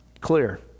clear